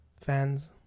Fans